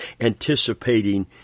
anticipating